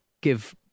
give